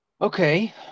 okay